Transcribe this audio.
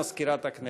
הרווחה והבריאות.